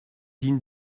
digne